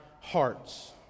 hearts